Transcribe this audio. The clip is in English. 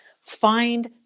Find